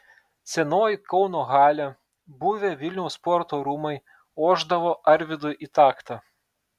senoji kauno halė buvę vilniaus sporto rūmai ošdavo arvydui į taktą